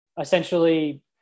essentially